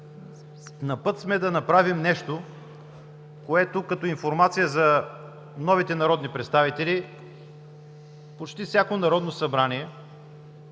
На път сме да направим нещо, което – като информация за новите народни представители, почти във всяко Народно събрание